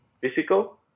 physical